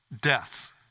death